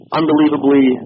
unbelievably